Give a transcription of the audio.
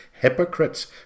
hypocrites